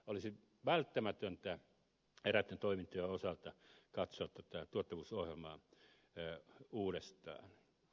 olisi välttämätöntä eräitten toimintojen osalta katsoa tätä tuottavuusohjelmaa uudestaan